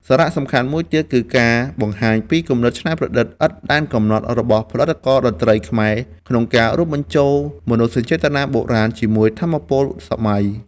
សារៈសំខាន់មួយទៀតគឺការបង្ហាញពីគំនិតច្នៃប្រឌិតឥតដែនកំណត់របស់ផលិតករតន្ត្រីខ្មែរ ក្នុងការរួមបញ្ចូល មនោសញ្ចេតនាបុរាណ ជាមួយ ថាមពលសម័យ។